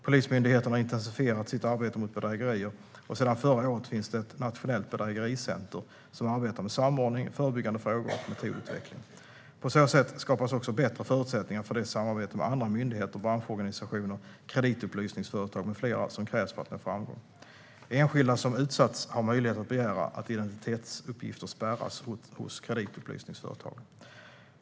Polismyndigheten har intensifierat sitt arbete mot bedrägerier, och sedan förra året finns det ett nationellt bedrägericentrum som arbetar med samordning, förebyggande frågor och metodutveckling. På så sätt skapas också bättre förutsättningar för det samarbete med andra myndigheter, branschorganisationer, kreditupplysningsföretag med flera som krävs för att nå framgång. Enskilda som utsatts har möjlighet att begära att identitetsuppgifter spärras hos kreditupplysningsföretagen.